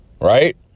right